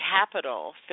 capital